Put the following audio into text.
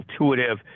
Intuitive